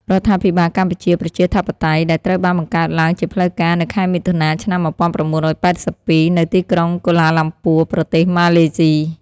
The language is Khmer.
រដ្ឋាភិបាលកម្ពុជាប្រជាធិបតេយ្យ ដែលត្រូវបានបង្កើតឡើងជាផ្លូវការនៅខែមិថុនា ឆ្នាំ១៩៨២ នៅទីក្រុងកូឡាឡាំពួរ ប្រទេសម៉ាឡេស៊ី។